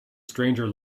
stranger